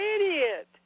idiot